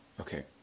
Okay